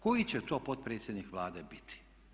Koji će to potpredsjednik Vlade biti?